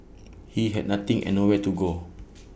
he had nothing and nowhere to go